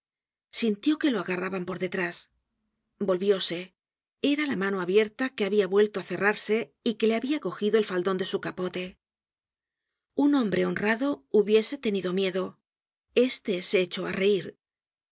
sintió que lo agarraban por detrás volvióse era la mano abierta que habia vuelto á cerrarse y que le había cogido el faldon de su capote un hombre honrado hubiese tenidcr miedo este se echó á reir